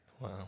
Wow